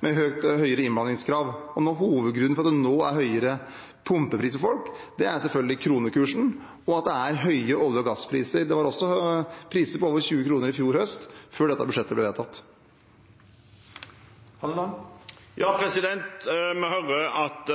med høyere innblandingskrav. Noe av hovedgrunnen til at det nå er høyere pumpepris for folk, er selvfølgelig kronekursen og at det er høye olje- og gasspriser. Det var priser på over 20 kr også i fjor høst, før dette budsjettet ble vedtatt. Vi hører at